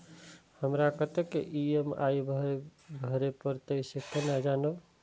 हमरा कतेक ई.एम.आई भरें परतें से केना जानब?